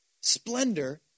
splendor